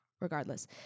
Regardless